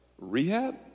rehab